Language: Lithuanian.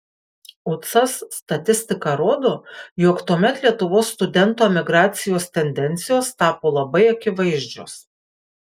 ucas statistika rodo jog tuomet lietuvos studentų emigracijos tendencijos tapo labai akivaizdžios